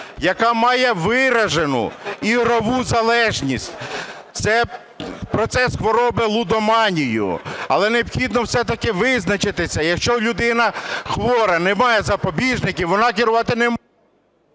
Яка має виражену ігрову залежність – це процес хвороби лудоманії. Але необхідно все-таки визначитися, якщо людина хвора, не має запобіжників, вона… ГОЛОВУЮЧИЙ.